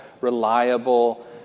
reliable